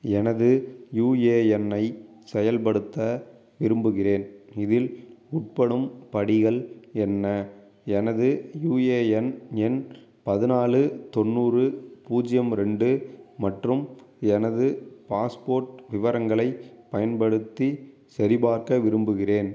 எனது யுஏஎன்னை செயல்படுத்த விரும்புகிறேன் இதில் உட்படும் படிகள் என்ன எனது யுஏஎன் எண் பதினாலு தொண்ணூறு பூஜ்யம் ரெண்டு மற்றும் எனது பாஸ்போர்ட் விவரங்களைப் பயன்படுத்தி சரிபார்க்க விரும்புகிறேன்